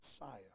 Messiah